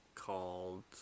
called